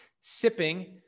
sipping